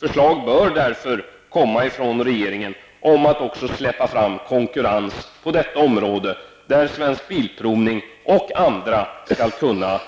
Förslag bör därför komma från regeringen om att släppa fram konkurrens på detta område. Svensk Bilprovning och andra skulle kunna